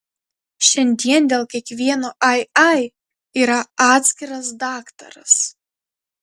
šiandien dėl kiekvieno ai ai yra atskiras daktaras